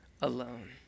alone